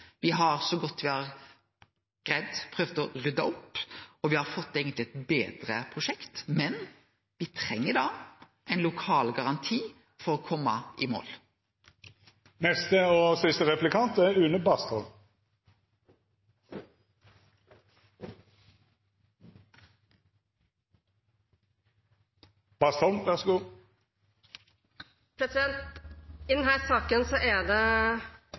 har, så godt me har greidd, prøvd å rydde opp, og me har eigentleg fått eit betre prosjekt. Men me treng ein lokal garanti for å kome i mål. I denne saken er